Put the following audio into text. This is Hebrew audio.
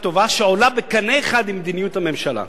טובה שעולה בקנה אחד עם מדיניות הממשלה?